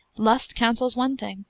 lust counsels one thing,